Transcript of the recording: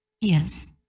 Yes